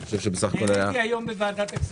אני חושב שבסך הכול היה --- נהניתי היום בוועדת הכספים.